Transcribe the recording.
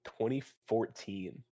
2014